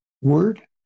word